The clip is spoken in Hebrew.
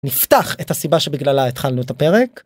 נפתח את הסיבה שבגללה התחלנו את הפרק.